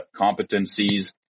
competencies